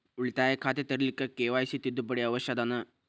ಉಳಿತಾಯ ಖಾತೆ ತೆರಿಲಿಕ್ಕೆ ಕೆ.ವೈ.ಸಿ ತಿದ್ದುಪಡಿ ಅವಶ್ಯ ಅದನಾ?